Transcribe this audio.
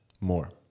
more